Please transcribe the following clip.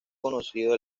conocido